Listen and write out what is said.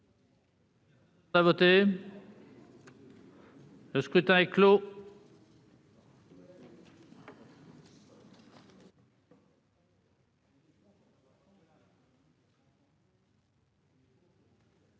Le scrutin est clos.